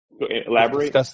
elaborate